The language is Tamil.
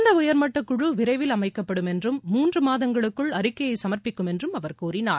இந்த உயர்மட்டக் குழு விரைவில் அமைக்கப்படும் என்றும் மூன்று மாதங்களுக்குள் அறிக்கைய சமர்ப்பிக்கும் என்றும் அவர் கூறினார்